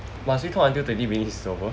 must we talk until twenty minutes is over